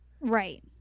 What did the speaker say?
Right